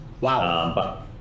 Wow